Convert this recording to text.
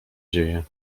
dzieje